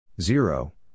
Zero